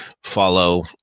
Follow